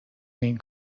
این